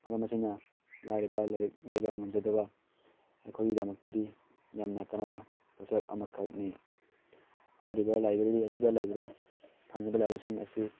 ꯃꯔꯝ ꯑꯁꯤꯅ ꯂꯥꯏꯔꯕ ꯂꯥꯏꯔꯤꯛ ꯂꯩꯕ ꯉꯝꯖꯗꯕ ꯑꯩꯈꯣꯏꯒꯤꯗꯃꯛꯇꯗꯤ ꯌꯥꯝꯅ ꯀꯥꯟꯅꯕ ꯄꯣꯠꯁꯛ ꯑꯃꯈꯛꯅꯤ ꯍꯥꯏꯔꯤꯕ ꯂꯥꯏꯕ꯭ꯔꯦꯔꯤ ꯑꯁꯤꯗ ꯂꯩꯔꯤꯕ ꯐꯪꯉꯤꯕ ꯂꯥꯏꯔꯤꯛꯁꯤꯡ ꯑꯁꯤ